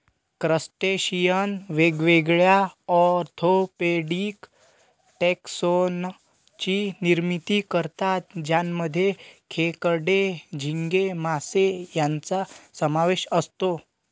crustacean वेगवेगळ्या orthopedic taxon ची निर्मिती करतात ज्यामध्ये खेकडे, झिंगे, मासे यांचा समावेश असतो